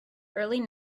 early